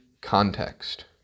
context